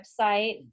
website